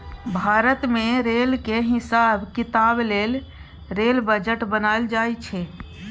भारत मे रेलक हिसाब किताब लेल रेल बजट बनाएल जाइ छै